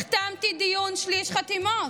החתמתי דיון 40 חתימות.